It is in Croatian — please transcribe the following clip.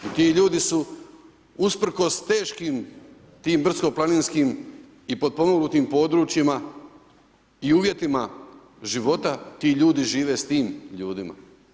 Ti ljudi su usprkos teškim, tim brdsko planinskim i potpomognutim područjima i uvjetima života ti ljudi žive s tim ljudima.